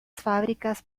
fábricas